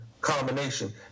combination